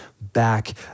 back